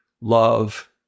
love